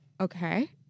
okay